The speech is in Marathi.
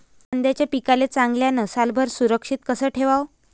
कांद्याच्या पिकाले चांगल्यानं सालभर सुरक्षित कस ठेवाचं?